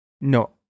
No